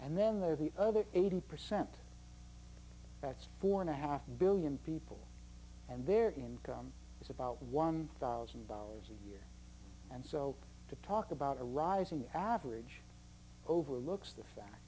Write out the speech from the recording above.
are the other eighty percent that's four and a half billion people and their income is about one thousand dollars a year and so to talk about a rising average overlooks the fact